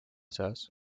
seas